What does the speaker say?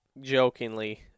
jokingly